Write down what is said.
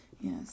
Yes